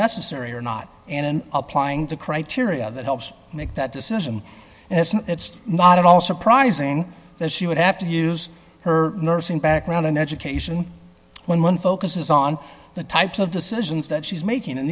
necessary or not and in applying the criteria that helps make that decision and it's not it's not at all surprising that she would have to use her nursing background and education when one focuses on the types of decisions that she's making and